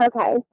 Okay